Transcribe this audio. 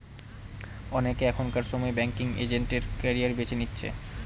অনেকে এখনকার সময় ব্যাঙ্কিং এজেন্ট এর ক্যারিয়ার বেছে নিচ্ছে